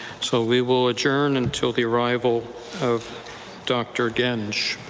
so we will adjourn until the arrival of dr. genge.